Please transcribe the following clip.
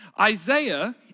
Isaiah